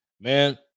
Man